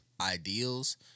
ideals